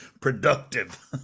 productive